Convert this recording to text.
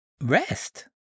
Rest